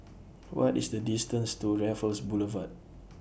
What IS The distance to Raffles Boulevard